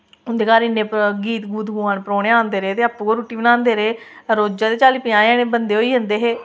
उं'दे घर इन्ने गीत गूत गोआन परौह्ने औंदे रेह् ते आपूं गै रुट्टी बनांदे रेह् रोजा दे चाली पंजाह् बंदे होई जंदे हे